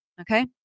Okay